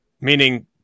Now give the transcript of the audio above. Meaning